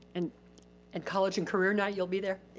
and and college and career night, you'll be there?